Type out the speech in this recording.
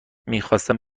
میخواستم